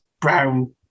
brown